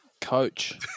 coach